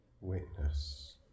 witness